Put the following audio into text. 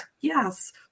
Yes